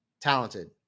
talented